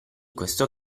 questo